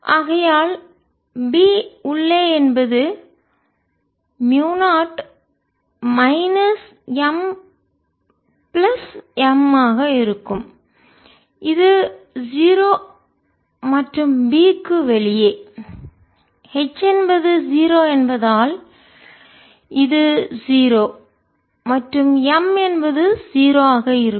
ஆகையால் B உள்ளே என்பது மியூ0 மைனஸ் M பிளஸ் M ஆக இருக்கும் இது 0 மற்றும் B க்கு வெளியே H என்பது 0 என்பதால் இது 0 மற்றும் M என்பது 0 ஆக இருக்கும்